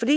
og